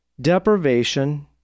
deprivation